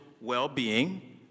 well-being